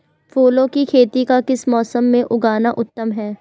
फूलों की खेती का किस मौसम में उगना उत्तम है?